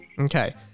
Okay